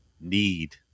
need